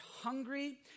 hungry